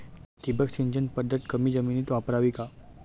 ठिबक सिंचन पद्धत कमी जमिनीत वापरावी का?